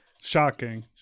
Shocking